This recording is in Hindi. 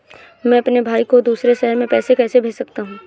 मैं अपने भाई को दूसरे शहर से पैसे कैसे भेज सकता हूँ?